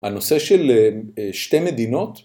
הנושא של שתי מדינות